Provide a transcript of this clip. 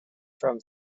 from